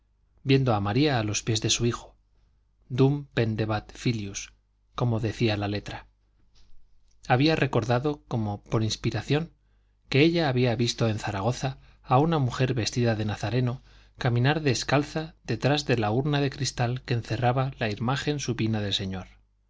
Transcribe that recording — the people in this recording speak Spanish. viendo a maría a los pies de su hijo dum pendebat filius como decía la letra había recordado como por inspiración que ella había visto en zaragoza a una mujer vestida de nazareno caminar descalza detrás de la urna de cristal que encerraba la imagen supina del señor